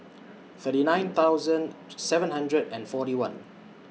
thirty nine thousand seven hundred and forty one